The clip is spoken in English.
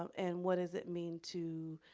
and what does it mean to,